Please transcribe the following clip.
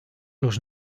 los